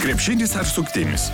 krepšinis ar suktinis